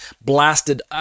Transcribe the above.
blasted